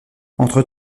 entre